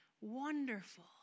Wonderful